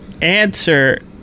answer